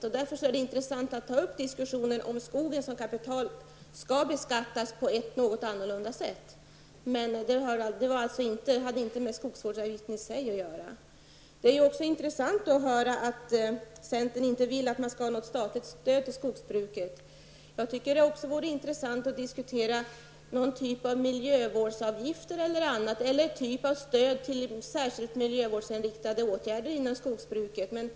Det är därför intressant att ta upp diskussionen om skogen som kapital skall beskattas på ett något annorlunda sätt. Detta resonemang hade inte med skogsvårdsavgiften i sig att göra. Det är också intressant att höra att centern inte vill att man skall ha något statligt stöd till skogsbruket. Jag tycker också att det vore intressant att diskutera någon typ av miljövårdsavgifter, stöd till särskilt miljövårdsinriktade åtgärder inom skogsbruket m.m.